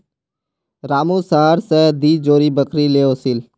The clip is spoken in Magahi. रामू शहर स दी जोड़ी बकरी ने ओसील